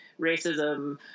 racism